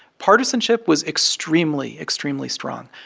partisanship was extremely, extremely strong.